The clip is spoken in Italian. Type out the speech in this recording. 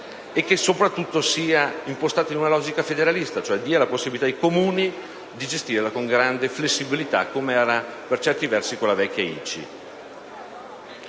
e, soprattutto, che sia ispirata ad una logica federalista che dia la possibilità ai Comuni di gestirla con grande flessibilità, come avveniva, per certi versi, con la vecchia ICI.